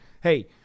hey